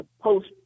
Post